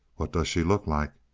what does she look like?